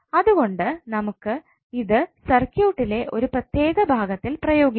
അതുകൊണ്ട് നമുക്ക് ഇത് സർക്യൂട്ടിലെ ഒരു പ്രത്യേക ഭാഗത്തിൽ പ്രയോഗിക്കാം